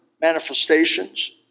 manifestations